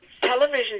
television